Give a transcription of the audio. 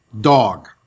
dog